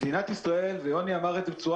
מדינת ישראל ויוני בן דור אמר את זה בצורה